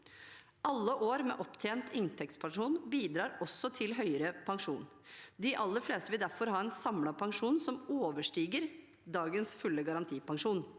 Alle år med opptjent inntektspensjon bidrar også til høyere pensjon. De aller fleste vil derfor ha en samlet pensjon som overstiger dagens fulle garantipensjon.